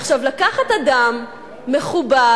עכשיו, לקחת אדם מכובד,